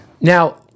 Now